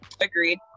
Agreed